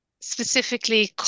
specifically